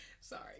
Sorry